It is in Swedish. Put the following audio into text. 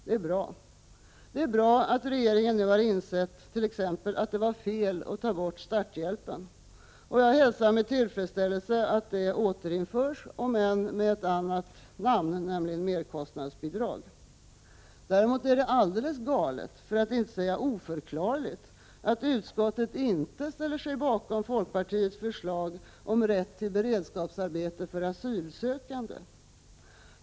Det är bra att regeringen nu har insett t.ex. att det var fel att ta bort starthjälpen. Jag hälsar med tillfredsställelse att det återinförs, om än med ett annat namn, nämligen merkostnadsbidrag. Däremot är det alldeles galet, för att inte säga oförklarligt, att utskottet inte ställer sig bakom folkpartiets förslag om rätt till beredskapsarbete för asylsökande.